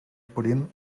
corint